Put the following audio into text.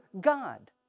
God